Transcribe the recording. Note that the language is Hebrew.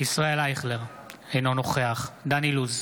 ישראל אייכלר, אינו נוכח דן אילוז,